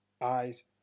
eyes